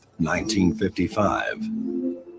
1955